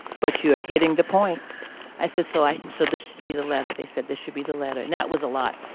but you're hitting the point i said so i so this should be the letter they said this should be the letter and that was a lot.